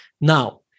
Now